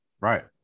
Right